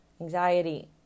anxiety